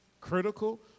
critical